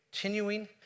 continuing